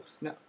no